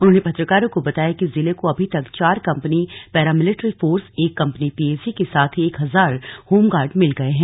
उन्होंने पत्रकारों को बताया कि जिले को अभी तक चार कम्पनी पैरामिलिट्री फोर्स एक कम्पनी पीएसी के साथ ही एक हजार होमगार्ड मिल गए हैं